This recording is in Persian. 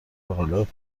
قالب